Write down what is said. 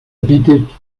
bietet